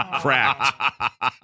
cracked